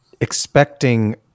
expecting